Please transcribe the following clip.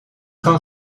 kan